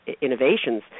innovations